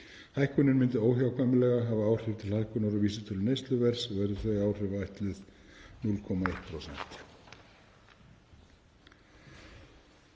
Hækkunin myndi óhjákvæmilega hafa áhrif til hækkunar á vísitölu neysluverðs og eru þau áhrif áætluð 0,1%.